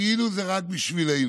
כאילו זה רק בשבילנו.